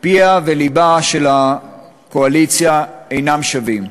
פיה ולבה של הקואליציה אינם שווים.